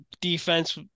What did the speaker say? defense